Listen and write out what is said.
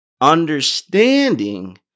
Understanding